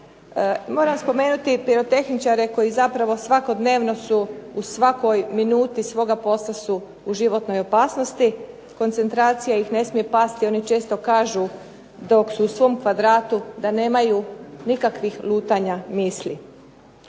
Moram spomenuti pirotehničare koji zapravo svakodnevno su u svakoj minuti svoga posla su u životnoj opasnosti. Koncentracija im ne smije pasti. Oni često kažu dok su u svom kvadratu da nemaju nikakvih lutanja misli.